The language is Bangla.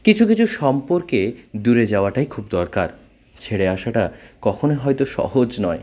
কিছু কিছু সম্পর্কে দূরে যাওয়াটাই খুব দরকার ছেড়ে আসাটা কখনোই হয়তো সহজ নয়